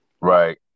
Right